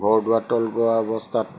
ঘৰ দুৱাৰ তল যোৱা অৱস্থাত